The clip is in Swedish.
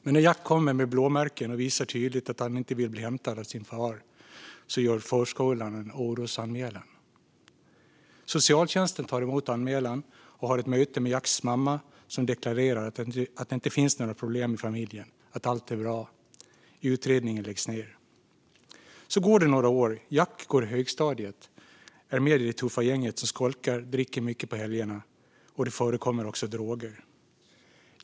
Men när Jack kommer med blåmärken och tydligt visar att han inte vill bli hämtad av sin far gör förskolan en orosanmälan. Socialtjänsten tar emot anmälan och har ett möte med Jacks mamma, som deklarerar att det inte finns några problem i familjen, att allt är bra. Utredningen läggs ned. Det går några år. Jack går på högstadiet och är med i det tuffa gänget som skolkar och dricker mycket på helgerna. Det förekommer också droger.